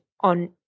on